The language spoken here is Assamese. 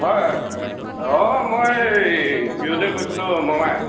হয় অঁ মই ক্ষীৰোদে কৈছিলো মমাই